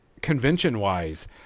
convention-wise